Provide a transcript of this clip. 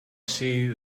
see